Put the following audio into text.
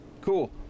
Cool